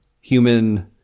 human